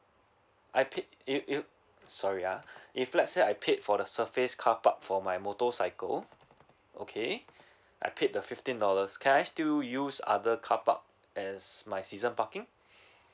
I paid you you sorry ah if let's say I paid for the surface carpark for my motorcycle okay I paid the fifteen dollars can I still use other carpark as my season parking